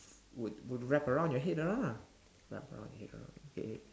would would wrap around your head around ah wrap around your head around okay